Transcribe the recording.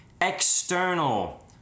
external